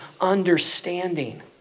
understanding